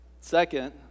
second